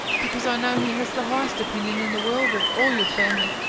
because i know he has the highest opinion in the world of all your family,